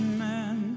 man